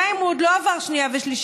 גם אם הוא עוד לא עבר שנייה ושלישית,